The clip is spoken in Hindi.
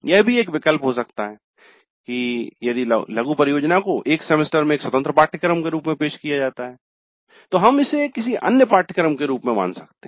यह भी एक विकल्प हो सकता है यदि लघु परियोजना को एक सेमेस्टर में एक स्वतंत्र पाठ्यक्रम के रूप में पेश किया जाता है तो हम इसे किसी अन्य पाठ्यक्रम के रूप में मान सकते हैं